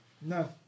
No